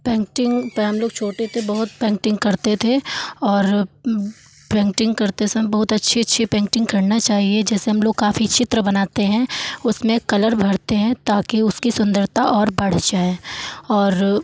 painting पे हम लोग छोटे थे बहुत पेंटिंग करते थे और पेंटिंग करते सम बहुत अच्छी अच्छी पेंटिंग करना चाहिए जैसे हम लोग काफ़ी चित्र बनाते हैं उसमें कलर भरते हैं ताकि उसकी सुंदरता और बढ़ जाए और